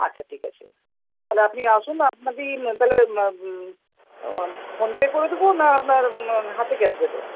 আচ্ছা ঠিক আছে তাহলে আপনি আসুন আপনা কি তাহলে ফোনপে করে দেবো না আপনার হাতে ক্যাশ দেব